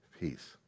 peace